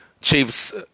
Chiefs